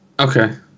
Okay